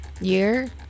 year